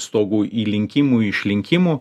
stogų įlinkimų išlinkimų